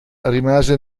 rimase